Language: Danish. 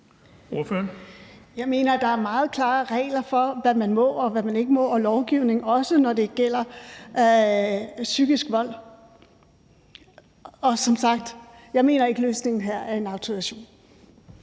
Jeg mener, at der er meget klare regler for, hvad man må, og hvad man ikke må i lovgivningen, også når det gælder psykisk vold. Og som sagt mener jeg ikke, at løsningen her er en autorisation.